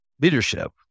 leadership